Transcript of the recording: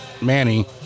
Manny